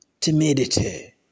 timidity